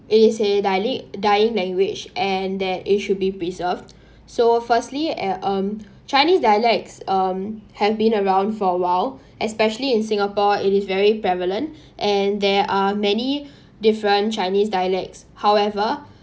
they say dial~ dying language and that it should be preserved so firstly uh um chinese dialects um have been around for a while especially in singapore it is very prevalent and there are many different chinese dialects however